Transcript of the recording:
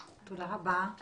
תודה רבה.